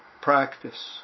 practice